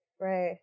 Right